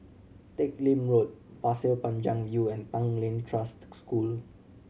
Teck Lim Road Pasir Panjang View and Tanglin Trust School